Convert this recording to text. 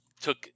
took